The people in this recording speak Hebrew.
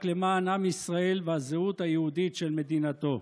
למען עם ישראל והזהות היהודית של מדינתנו.